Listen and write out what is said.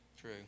True